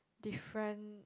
different